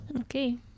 okay